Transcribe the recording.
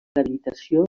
rehabilitació